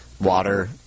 water